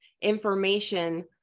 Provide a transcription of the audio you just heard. information